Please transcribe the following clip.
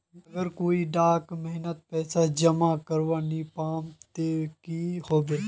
अगर कोई डा महीनात पैसा जमा करवा नी पाम ते की होबे?